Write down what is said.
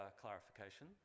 clarification